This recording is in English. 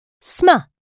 sma